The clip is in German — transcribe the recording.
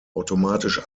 automatisch